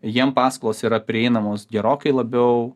jiem paskolos yra prieinamos gerokai labiau